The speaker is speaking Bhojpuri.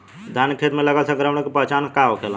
धान के खेत मे लगल संक्रमण के पहचान का होखेला?